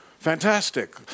fantastic